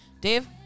dave